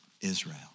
Israel